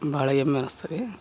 ಭಾಳ ಹೆಮ್ಮೆ ಅನಿಸ್ತದೆ